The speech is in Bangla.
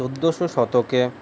চৌদ্দশো শতকে